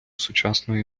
сучасної